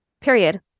period